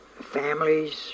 families